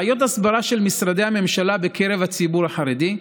בעיות הסברה של משרדי הממשלה בקרב הציבור החרדי,